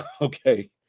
Okay